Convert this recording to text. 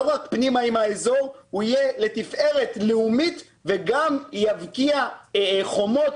רק פנימה עם האזור אלא הוא יהיה לתפארת לאומית וגם יבקיע חומות